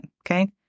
okay